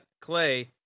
Clay